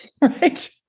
Right